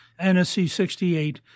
NSC-68